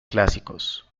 clásicos